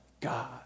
God